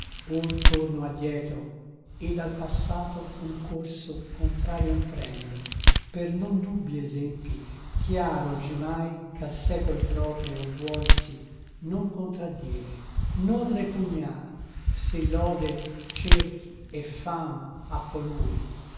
torno addietro ed al passato un corso contrario imprendo per non dubbi esempi chiaro oggimai ch'al secol proprio vuolsi non contraddir non repugnar se lode cerchi e fama appo lui